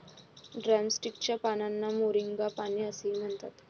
drumstick च्या पानांना moringa पाने असेही म्हणतात